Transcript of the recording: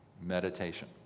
meditation